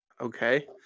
Okay